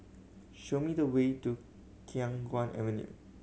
show me the way to Khiang Guan Avenue